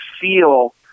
feel